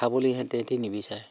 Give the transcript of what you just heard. খাবলৈ সিহঁতে নিবিচাৰে